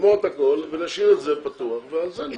נגמור הכול ונשאיר את זה פתוח ועל זה נדבר.